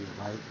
right